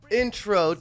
intro